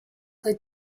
good